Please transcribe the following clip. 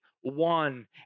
one